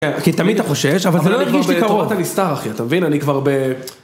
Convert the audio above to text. כן, כי תמיד אתה חושש, אבל זה לא הרגיש לי קרוב, אתה כבר בתורת ההסתר אחי, אתה מבין, אני כבר ב...